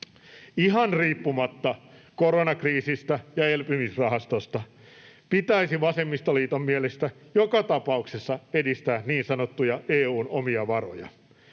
Ihan riippumatta koronakriisistä ja elpymisrahastosta pitäisi vasemmistoliiton mielestä joka tapauksessa edistää niin sanottuja EU:n omia varoja.